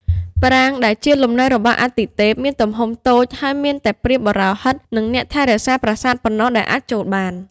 ប្រាង្គដែលជាលំនៅរបស់អាទិទេពមានទំហំតូច ហើយមានតែព្រាហ្មណ៍បុរោហិត និងអ្នកថែរក្សាប្រាសាទប៉ុណ្ណោះដែលអាចចូលបាន។